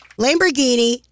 Lamborghini